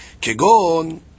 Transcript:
Kegon